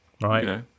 Right